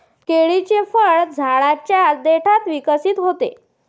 केळीचे फळ झाडाच्या देठात विकसित होते